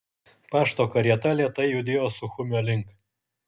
pašto karieta lėtai judėjo suchumio link